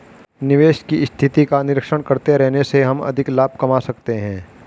निवेश की स्थिति का निरीक्षण करते रहने से हम अधिक लाभ कमा सकते हैं